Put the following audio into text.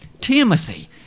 Timothy